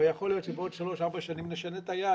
הרי יכול להיות שבעוד שלוש-ארבע שנים נשנה את היעד,